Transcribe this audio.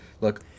Look